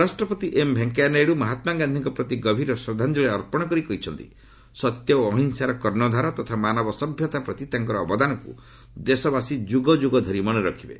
ଉପରାଷ୍ଟ୍ରପତି ଏମ୍ ଭେଙ୍କେୟାନାଇଡୁ ମହାତ୍ମାଗାନ୍ଧୀଙ୍କ ପ୍ରତି ଗଭୀର ଶ୍ରଦ୍ଧାଞ୍ଜଳି ଅର୍ପଣ କରି କହିଛନ୍ତି ସତ୍ୟ ଓ ଅହିଂସାର କର୍ଣ୍ଣଧାର ତଥା ମାନବ ସଭ୍ୟତା ପ୍ରତି ତାଙ୍କର ଅବଦାନକୁ ଦେଶବାସୀ ଯୁଗଯୁଗ ଧରି ମନେରଖିବେ